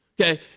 Okay